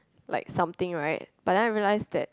like something right but then I realise that